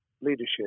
leadership